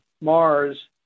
Mars